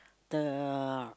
the